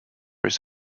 his